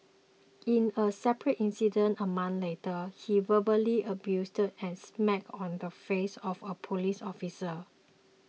in a separate incident a month later he verbally abused and spat on the face of a police officer